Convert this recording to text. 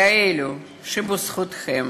לאלו שבזכותכם